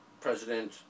president